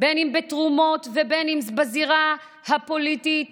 אם בתרומות ואם בזירה הפוליטית